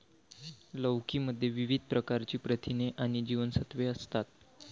लौकी मध्ये विविध प्रकारची प्रथिने आणि जीवनसत्त्वे असतात